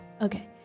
Okay